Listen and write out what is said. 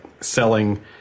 selling